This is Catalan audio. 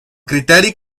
criteri